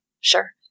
Sure